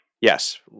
Yes